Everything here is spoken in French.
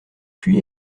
puis